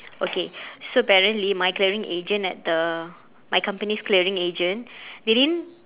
okay so apparently my clearing agent at the my company's clearing agent they didn't